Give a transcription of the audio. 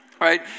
right